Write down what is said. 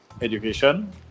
education